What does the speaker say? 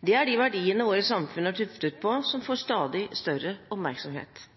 Det er verdiene våre samfunn er tuftet på, som får stadig større oppmerksomhet.